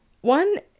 One